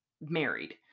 married